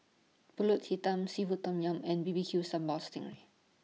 Pulut Hitam Seafood Tom Yum and B B Q Sambal Sting Ray